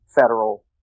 federal